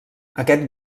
aquest